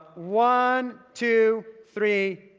one, two, three,